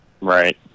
Right